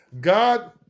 God